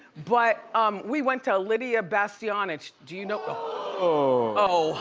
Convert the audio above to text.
but we went to lidia bastianich, do you know? ooh. oh,